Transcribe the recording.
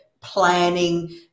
planning